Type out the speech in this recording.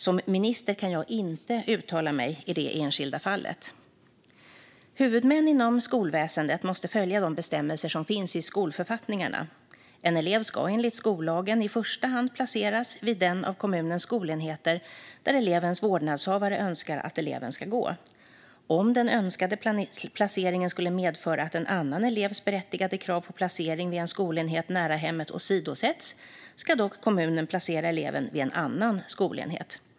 Som minister kan jag inte uttala mig i det enskilda fallet. Huvudmän inom skolväsendet måste följa de bestämmelser som finns i skolförfattningarna. En elev ska enligt skollagen i första hand placeras vid den av kommunens skolenheter där elevens vårdnadshavare önskar att eleven ska gå. Om den önskade placeringen skulle medföra att en annan elevs berättigade krav på placering vid en skolenhet nära hemmet åsidosätts ska dock kommunen placera eleven vid en annan skolenhet.